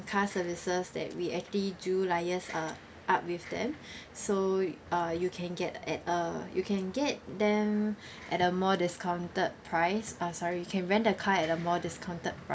car services that we actually do liaise uh up with them so uh you can get at uh you can get them at a more discounted price uh sorry you can rent a car at a more discounted